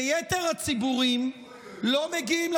כי יתר הציבורים לא מגיעים,